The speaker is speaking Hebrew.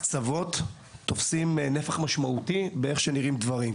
הקצוות תופסים נפח משמעותי איך שנראים דברים.